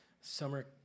Summer